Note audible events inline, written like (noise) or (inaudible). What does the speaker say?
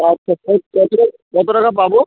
আচ্ছা (unintelligible) কত কত টাকা পাব